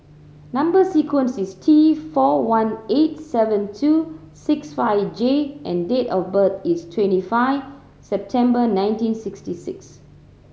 number sequence is T four one eight seven two six five J and date of birth is twenty five September nineteen sixty six